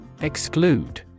Exclude